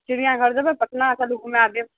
चिरियाघर जेबय पटना चलू घूमाय देब